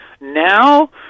Now